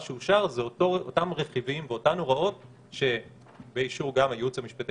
מה שאושר הם אותם רכיבים ואותן הוראות שבאישור גם של הייעוץ המשפטי